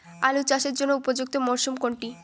আলু চাষের জন্য উপযুক্ত মরশুম কোনটি?